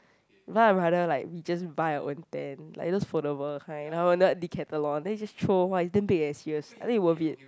ra~ I rather like we just buy our own tent like those foldable kind you know Decathlon then you just throw !wah! it's damn big eh serious I think is worth it